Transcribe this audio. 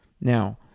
Now